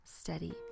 steady